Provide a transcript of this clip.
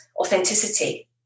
authenticity